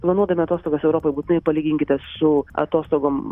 planuodami atostogas europoj būtinai palyginkite su atostogom